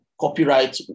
copyright